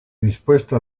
dispuesto